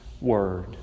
Word